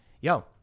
yo